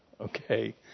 Okay